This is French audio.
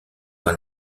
par